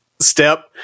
step